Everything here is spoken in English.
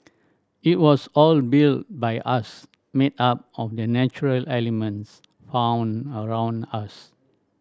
it was all built by us made up of the natural elements found around us